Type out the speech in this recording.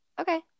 Okay